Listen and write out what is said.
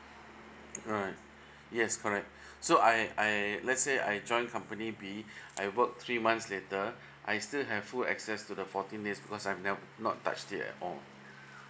alright yes correct so I I let's say I joined company b I work three months later I still have full access to the fourteen days because I'm nev~ not touch it at all